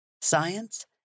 science